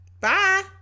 Bye